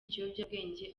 ikiyobyabwenge